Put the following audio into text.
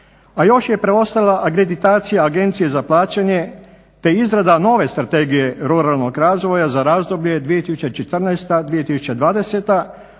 a još je preostala akreditacija Agencije za plaćanje te izrada nove strategije ruralnog razvoja za razdoblje 2014.-2020.